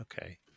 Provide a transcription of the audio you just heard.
Okay